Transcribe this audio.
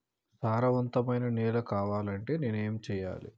సారవంతమైన నేల కావాలంటే నేను ఏం చెయ్యాలే?